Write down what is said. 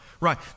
right